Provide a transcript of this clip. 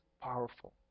powerful